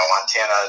Montana